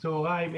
צוהריים,